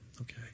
okay